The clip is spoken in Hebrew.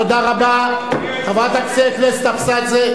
תודה רבה, חברת הכנסת אבסדזה.